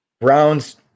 Browns